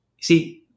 See